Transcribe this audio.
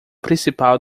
principal